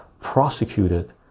prosecuted